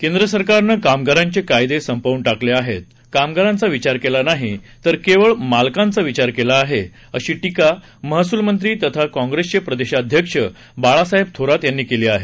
केंद्र सरकारनं कामगारांचे कायदे संपवून टाकले आहेत कामगारांचा विचार केला नाही तर केवळ मालकांचा विचार केला आहे अशी टीका महसूल मंत्री तथा काँप्रेसचे प्रदेशाध्यक्ष बाळासाहेब थोरात यांनी केली आहे